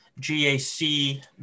GAC